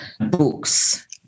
books